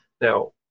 Now